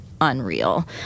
unreal